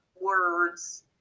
words